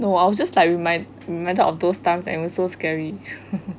no I was just like reminded of those times and it was so scary